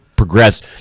progress